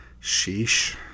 sheesh